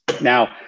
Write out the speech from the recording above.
Now